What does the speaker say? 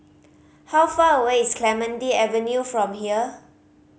how far away is Clementi Avenue from here